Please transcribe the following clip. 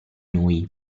noi